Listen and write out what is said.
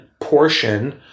portion